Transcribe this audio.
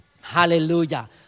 Hallelujah